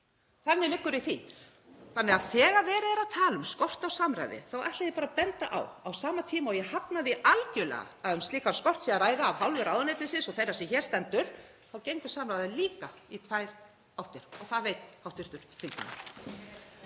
Þannig liggur í því og þegar verið er að tala um skort á samráði þá ætla ég bara að benda á, á sama tíma og ég hafna því algjörlega að um slíkan skort sé að ræða af hálfu ráðuneytisins og þeirrar sem hér stendur, að þá gengur samráðið líka í tvær áttir og það veit hv.